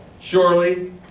Surely